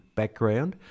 background